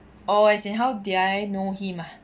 oh as in how did I know him ah